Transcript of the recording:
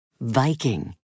Viking